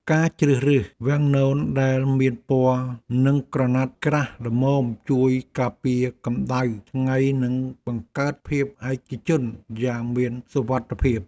ការជ្រើសរើសវាំងននដែលមានពណ៌និងក្រណាត់ក្រាស់ល្មមជួយការពារកម្ដៅថ្ងៃនិងបង្កើតភាពឯកជនយ៉ាងមានសុវត្ថិភាព។